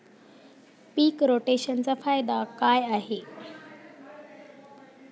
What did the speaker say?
पीक रोटेशनचा फायदा काय आहे?